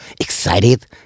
excited